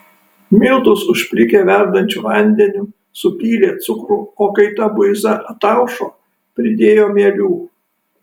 miltus užplikė verdančiu vandeniu supylė cukrų o kai ta buiza ataušo pridėjo mielių